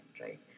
right